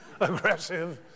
aggressive